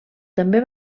també